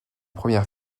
première